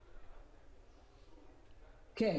כן.